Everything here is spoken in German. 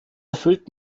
erfüllt